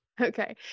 Okay